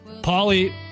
Pauly